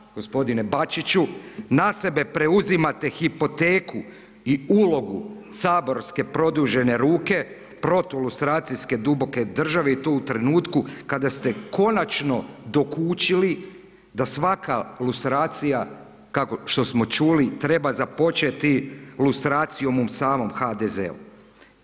Zašto gospodine Bačiću na sebe preuzimate hipoteku i ulogu saborske produžene ruke protu lustracijske duboke države i to u trenutku kada ste konačno dokučili da svaka lustracija što smo čuli treba započeti lustracijom u samom HDZ-u?